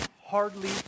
hardly